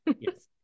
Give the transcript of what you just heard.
Yes